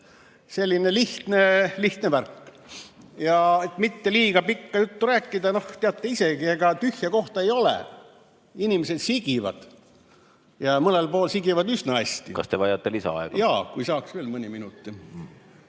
Selline lihtne värk. Et mitte liiga pikka juttu rääkida, teate isegi, ega tühja kohta ei ole, inimesed sigivad ja mõnel pool sigivad üsna hästi ... Kas te vajate lisaaega? Kas te vajate lisaaega?